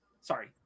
Sorry